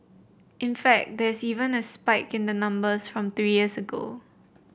in fact there's even a spike in the numbers from three years ago